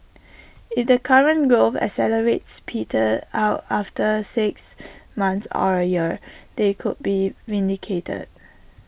if the current growth accelerates peters out after six months or A year they could be vindicated